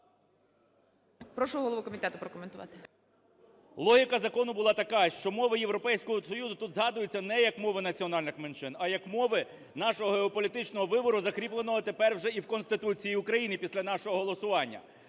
Прошу голову комітету прокоментувати. 10:50:20 КНЯЖИЦЬКИЙ М.Л. Логіка закону була така, що мова Європейського Союзу тут згадується не як мова національних меншин, а як мова нашого геополітичного вибору, закріпленого тепер вже і в Конституції України після нашого голосування.